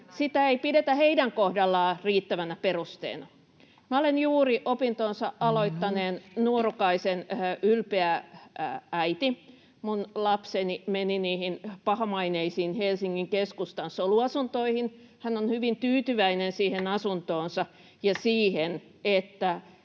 Sitä ei pidetä heidän kohdallaan riittävänä perusteena. Minä olen juuri opintonsa aloittaneen nuorukaisen [Puhemies: Minuutti!] ylpeä äiti. Minun lapseni meni niihin pahamaineisiin Helsingin keskustan soluasuntoihin. Hän on hyvin tyytyväinen asuntoonsa ja siihen,